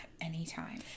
Anytime